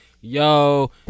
yo